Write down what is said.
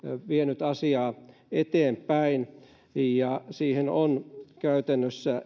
vienyt asiaa eteenpäin siinä on käytännössä